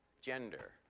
gender